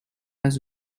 his